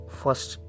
first